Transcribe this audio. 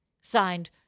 Signed